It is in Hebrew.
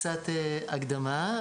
קצת הקדמה,